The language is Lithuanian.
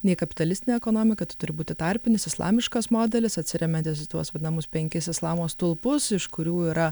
nei kapitalistinė ekonomika tu turi būti tarpinis islamiškas modelis atsiremiantis į tuos vadinamus penkis islamo stulpus iš kurių yra